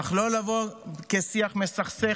אך לא לבוא כשיח מסכסך,